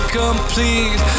complete